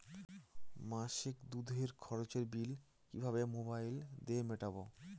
মাসিক দুধের খরচের বিল কিভাবে মোবাইল দিয়ে মেটাব?